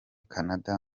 canada